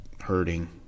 hurting